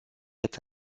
est